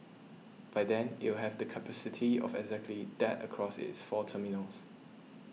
by then it will have the capacity of exactly that across its four terminals